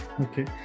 Okay